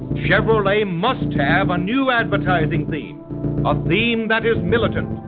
chevrolet must have a new advertising theme a theme that is militant,